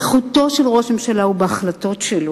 איכותו של ראש ממשלה היא בהחלטות שלו,